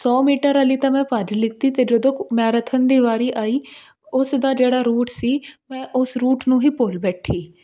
ਸੌ ਮੀਟਰ ਵਾਲੀ ਤਾਂ ਮੈਂ ਭੱਜ ਲਿਤੀ ਅਤੇ ਜਦੋਂ ਮੈਰਥਨ ਦੀ ਵਾਰੀ ਆਈ ਉਸਦਾ ਜਿਹੜਾ ਰੂਟ ਸੀ ਮੈਂ ਉਸ ਰੂਟ ਨੂੰ ਹੀ ਭੁੱਲ ਬੈਠੀ